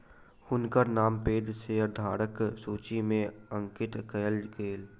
हुनकर नाम पैघ शेयरधारकक सूचि में अंकित कयल गेल